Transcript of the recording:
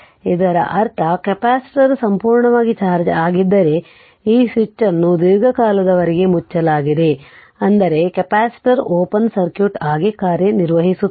ಇದರರ್ಥ ಕೆಪಾಸಿಟರ್ ಸಂಪೂರ್ಣವಾಗಿ ಚಾರ್ಜ್ ಆಗಿದ್ದರೆ ಮತ್ತು ಈ ಸ್ವಿಚ್ ಅನ್ನು ದೀರ್ಘಕಾಲದವರೆಗೆ ಮುಚ್ಚಲಾಗಿದೆ ಅಂದರೆ ಕೆಪಾಸಿಟರ್ ಓಪನ್ ಸರ್ಕ್ಯೂಟ್ ಆಗಿ ಕಾರ್ಯನಿರ್ವಹಿಸುತ್ತಿದೆ